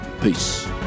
Peace